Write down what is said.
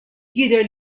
jidher